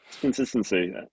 consistency